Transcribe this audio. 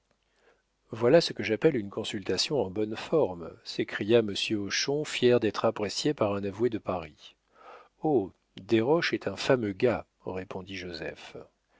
voilà ce que j'appelle une consultation en bonne forme s'écria monsieur hochon fier d'être apprécié par un avoué de paris oh desroches est un fameux gars répondit joseph